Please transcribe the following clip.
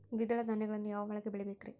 ದ್ವಿದಳ ಧಾನ್ಯಗಳನ್ನು ಯಾವ ಮಳೆಗೆ ಬೆಳಿಬೇಕ್ರಿ?